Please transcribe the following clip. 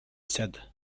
said